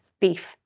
beef